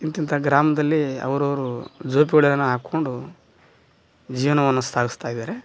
ಇಂತಿಂಥಾ ಗ್ರಾಮದಲ್ಲಿ ಅವ್ರವರು ಜೋಪ್ಡಿಯನ್ನ ಹಾಕ್ಕೊಂಡು ಜೀವನವನ್ನ ಸಾಗ್ಸ್ತಾಯಿದ್ದಾರೆ